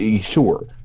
Sure